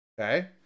Okay